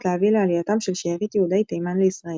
להביא לעלייתם של שארית יהודי תימן לישראל.